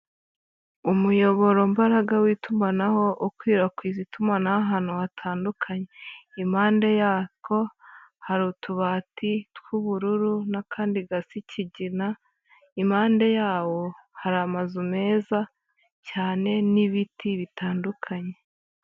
Umuyoboro mbaraga w'itumanaho, ukwirakwiza itumanaho ahantu hatandukanye, impande yatwo hari utubati tw'ubururu n'akandi gasa ikigina, impande yawo hari amazu meza cyane n'ibiti bitandukanye.